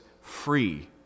free